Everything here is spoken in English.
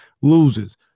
loses